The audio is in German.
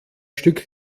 stück